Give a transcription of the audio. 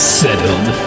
settled